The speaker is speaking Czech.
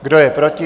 Kdo je proti?